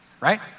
right